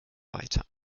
weiter